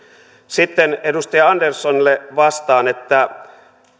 sitten edustaja anderssonille vastaan